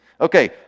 Okay